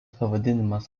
pavadinimas